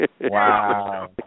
Wow